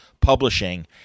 Publishing